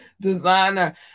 designer